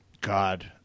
God